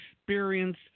experience